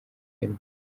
filime